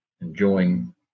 enjoying